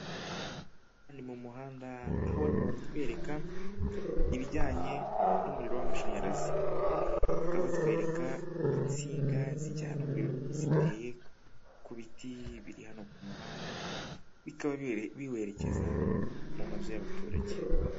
Kandi mu muhanda aho ntuhoratwereka ibijyanye n'umuriro w'amashanyarazi bakaba batwereka insinga zijyana n' umuriro ziteye ku biti biri hano ku muhandaba biwerekeza mu mazu y'abaturage.